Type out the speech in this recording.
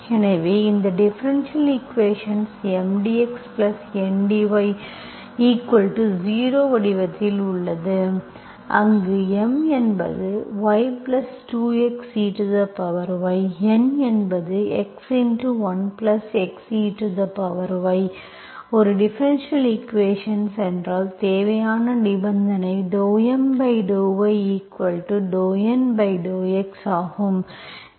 எனவே இந்த differential equations M dxN dy0 வடிவத்தில் உள்ளது அங்கு M என்பது y2 x ey N என்பது x1 x ey ஒரு டிஃபரென்ஷியல் ஈக்குவேஷன்ஸ் என்றால் தேவையான நிபந்தனை ∂M∂y∂N∂x ஆகும்